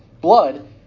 blood